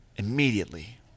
Immediately